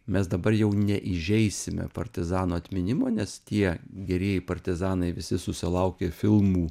mes dabar jau neįžeisime partizanų atminimo nes tie gerieji partizanai visi susilaukė filmų